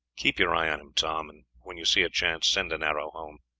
keep your eye on him, tom, and when you see a chance send an arrow home.